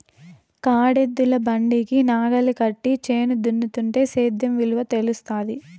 కాడెద్దుల బండికి నాగలి కట్టి చేను దున్నుతుంటే సేద్యం విలువ తెలుస్తాది